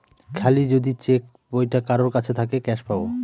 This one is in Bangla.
খালি যদি চেক বইটা কারোর কাছে থাকে ক্যাস পাবে